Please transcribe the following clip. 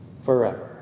forever